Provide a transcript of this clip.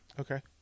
Okay